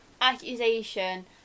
accusation